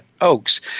Oaks